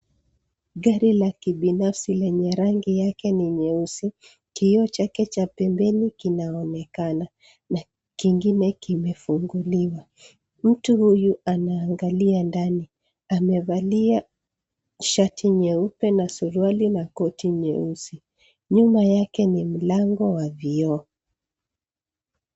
Gari la kibinafsi yenye rangi yake ni nyeusi. Kioo chake cha pembeni kinaonekana. Na kingine kimefunguliwa. Mtu huyu anaangalia ndani. Amevalia shati nyeupe na suruali na koti nyeusi. Nyuma yake ni mlango wa vioo.